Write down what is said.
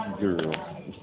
girl